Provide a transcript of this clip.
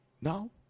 No